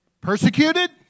Persecuted